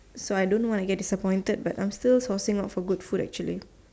so I don't want to get disappointed but I am still sourcing out for good food actually